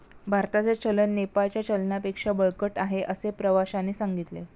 भारताचे चलन नेपाळच्या चलनापेक्षा बळकट आहे, असे प्रवाश्याने सांगितले